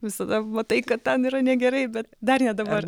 visada matai kad ten yra negerai bet dar ne dabar